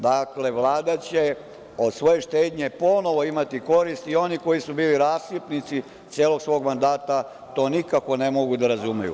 Dakle, Vlada će od svoje štednje ponovo imati koristi i oni koji su bili rasipnici celog svog mandata to nikako ne mogu da razumeju.